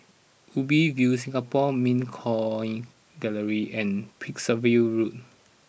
Ubi View Singapore Mint Coin Gallery and Percival Road